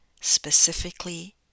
specifically